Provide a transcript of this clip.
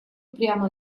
прямо